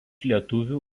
lietuvių